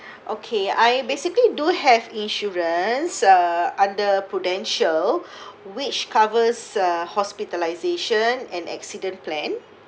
okay I basically do have insurance uh under prudential which covers uh hospitalisation and accident plan